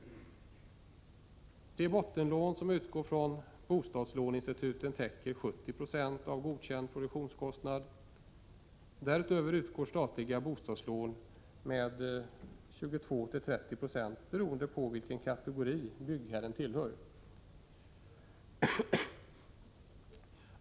De bottenlån som utgår från bostadslåneinstituten täcker 70 26 av godkänd produktionskostnad. Därutöver utgår statliga bostadslån med 22—30 I beroende på vilken kategori byggherren tillhör.